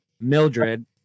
mildred